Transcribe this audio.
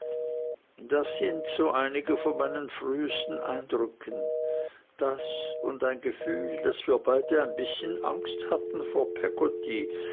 das sind so einige von meinen frühesten eindrücken das und ein gefühl daß wir beide ein bißchen angst hatten vor peggotty